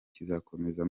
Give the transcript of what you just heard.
kizakomeza